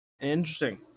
Interesting